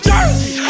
Jersey